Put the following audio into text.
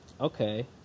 Okay